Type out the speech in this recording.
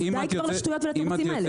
אז די כבר לשטויות ולתירוצים האלה.